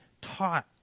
taught